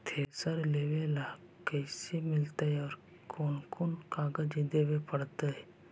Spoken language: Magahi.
थरेसर लेबे ल लोन कैसे मिलतइ और कोन कोन कागज देबे पड़तै?